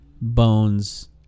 Bones